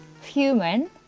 human